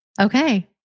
Okay